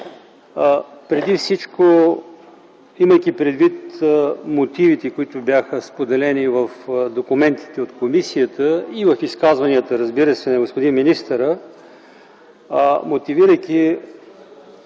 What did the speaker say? законопроект. Имайки предвид мотивите, които бяха споделени в документите от комисията и в изказванията, разбира се, на господин министъра, мотивирайки